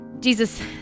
Jesus